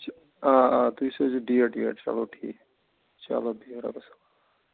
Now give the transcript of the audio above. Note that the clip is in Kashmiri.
آ آ تُہۍ سوٗزِو ڈیٹ ویٹ چلو ٹھیٖک چلو بِہِو رۅبَس حوال